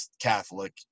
catholic